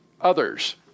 others